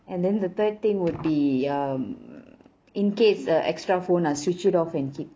and then the third thing would be um in case a extra phone ah switch it off and keep